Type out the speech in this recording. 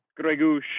Gregouche